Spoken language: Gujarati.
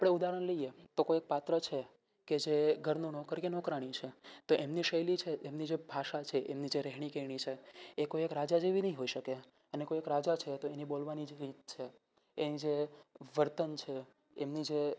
આપણે ઉદાહરણ લઈએ તો કોઈ એક પાત્ર છે કે જે ઘરનો નોકર કે નોકરાણી છે તો એમની શૈલી છે કે એમની જે ભાષા છે એમની જે રહેણીકરણી છે એ કોઈ એક રાજા જેવી નહીં હોઈ શકે અને કોઈ એક રાજા છે તો એની જે બોલવાની રીત છે એની જે વર્તન છે એમની જે